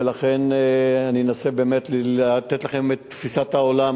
ולכן אני אנסה באמת לתת לכם את תפיסת העולם,